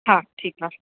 हा ठीकु आहे